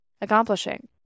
accomplishing